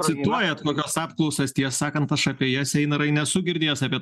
cituojat kokios apklausas tiesą sakant aš apie jas einarai nesu girdėjęs apie